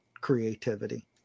creativity